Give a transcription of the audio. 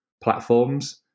platforms